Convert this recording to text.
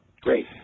Great